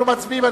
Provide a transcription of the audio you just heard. אנחנו מצביעים.